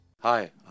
Hi